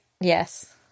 Yes